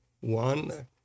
one